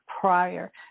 prior